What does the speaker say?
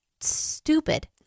stupid